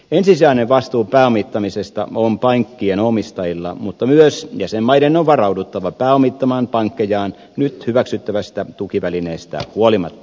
ensisijainen vastuu pääomittamisesta on pankkien omistajilla mutta myös jäsenmaiden on varauduttava pääomittamaan pankkejaan nyt hyväksyttävästä tukivälineestä huolimatta